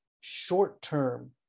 short-term